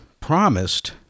promised